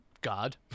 god